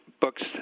books